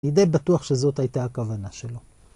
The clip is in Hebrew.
אני די בטוח שזאת הייתה הכוונה שלו.